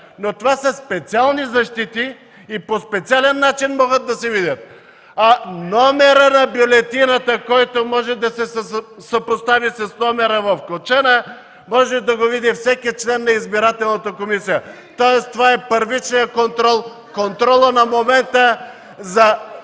но това са специални защити и по специален начин могат да се видят. А номерът на бюлетината, който може да се съпостави с номера в кочана, може да го види всеки член на Избирателната комисия. (Шум и реплики.) Това е първичният контрол, контролът на момента за